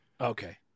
Okay